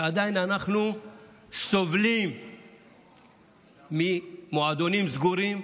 ועדיין אנחנו סובלים ממועדונים סגורים,